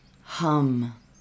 hum